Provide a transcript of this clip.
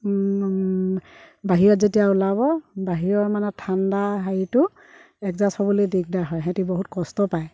বাহিৰত যেতিয়া ওলাব বাহিৰৰ মানে ঠাণ্ডা হেৰিটো এডজাষ্ট হ'বলৈ দিগদাৰ হয় সেহেঁতি বহুত কষ্ট পায়